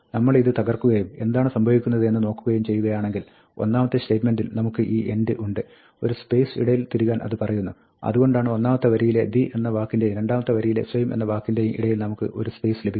നമ്മൾ ഇത് തകർക്കുകയും എന്താണ് സംഭവിക്കുന്നത് എന്ന് നോക്കുകയും ചെയ്യുകയാണെങ്കിൽ ഒന്നാമത്തെ സ്റ്റേറ്റ്മെന്റിൽ നമുക്ക് ഈ end ഉണ്ട് ഒരു സ്പേസ് ഇടയിൽ തിരുകാൻ അത് പറയുന്നു അതുകൊണ്ടാണ് ഒന്നാമത്തെ വരിയിലെ 'the' എന്ന വാക്കിന്റെയും രണ്ടാമത്തെ വരിയിലെ 'same' എന്ന വാക്കിന്റയും ഇടയിൽ നമുക്ക് ഒരു സ്പേസ് ലഭിക്കുന്നത്